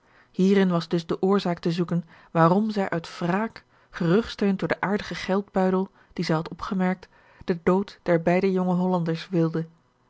hierin was dus de oorzaak te zoeken waarom zij uit wraak gerugsteund door den aardigen geldbuidel dien zij had opgemerkt den dood der beide jonge hollanders wilde